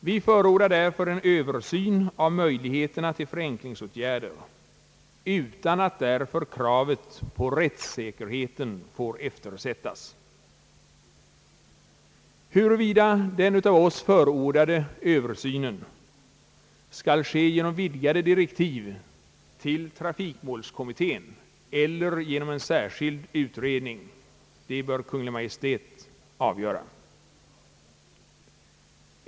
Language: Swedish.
Vi förordar därför en översyn av möjligheterna till förenklingsåtgärder utan att kravet på rättssäkerheten får eftersättas. Huruvida den av oss förordade översynen skall ske genom vidgade direktiv till trafikmålskommittén eller genom en särskild utredning, bör Kungl. Maj:t avgöra.